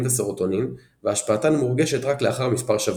וסרוטונין והשפעתן מורגשת רק לאחר מספר שבועות.